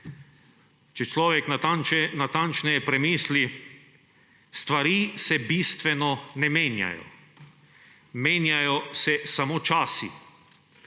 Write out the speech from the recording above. če človek natančneje premisli, stvari se bistveno ne menjajo. Menjajo se samo časi.